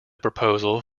proposal